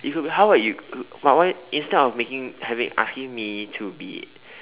it could be how about you but why instead of making having asking me to be